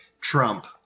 trump